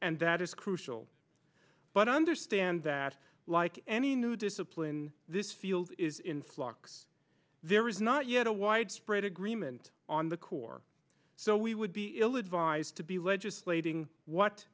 and that is crucial but understand that like any new discipline this field is in flux there is not yet a widespread agreement on the core so we would be ill advised to be legislating what